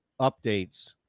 updates